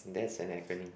that's an acronym